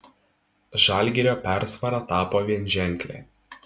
žalgirio persvara tapo vienženklė